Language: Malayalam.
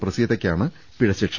പ്രസീതയ്ക്കാണ് പിഴശിക്ഷ